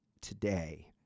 today